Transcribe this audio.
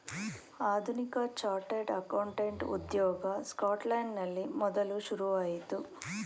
ಆಧುನಿಕ chartered accountant ಉದ್ಯೋಗ ಸ್ಕಾಟ್ಲೆಂಡಿನಲ್ಲಿ ಮೊದಲು ಶುರುವಾಯಿತು